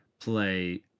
play